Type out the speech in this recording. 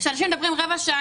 כשאנשים מדברים רבע שעה,